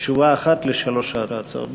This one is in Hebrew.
תשובה אחת על שלוש ההצעות.